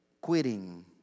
quitting